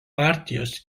partijos